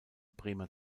bremer